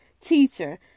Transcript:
Teacher